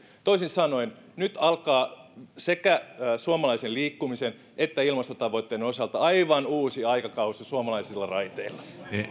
toisin sanoen nyt alkaa sekä suomalaisen liikkumisen että ilmastotavoitteiden osalta aivan uusi aikakausi suomalaisilla raiteilla